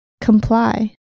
Comply